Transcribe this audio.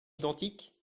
identiques